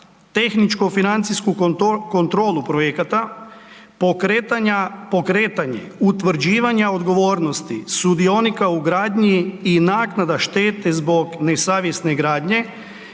tehničko-financijsku kontrolu projekata, pokretanje utvrđivanja odgovornosti sudionika u gradnji i naknada štete zbog nesavjesne gradnje,